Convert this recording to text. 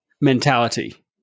mentality